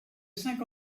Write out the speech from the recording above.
cinq